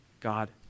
God